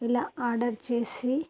ఇలా ఆర్డర్ చేసి